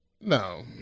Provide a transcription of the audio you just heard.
No